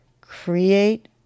Create